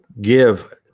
give